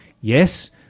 yes